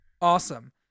Awesome